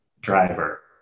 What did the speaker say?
driver